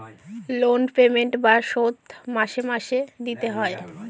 loan payment বা শোধ মাসে মাসে দিতে হয়